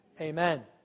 Amen